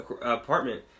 apartment